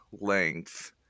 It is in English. length